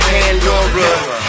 Pandora